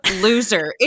loser